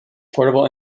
portable